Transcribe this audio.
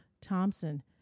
Thompson